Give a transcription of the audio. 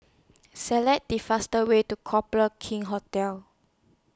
Select The fastest Way to Copthorne King's Hotel